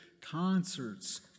concerts